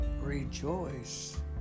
Rejoice